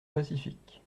pacifique